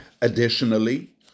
Additionally